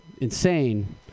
insane